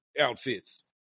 outfits